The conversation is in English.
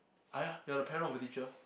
!aiya! you are the parent of the teacher